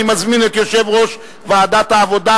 אני מזמין את יושב-ראש ועדת העבודה,